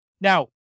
Now